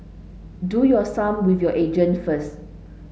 do your sum with your agent first